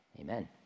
Amen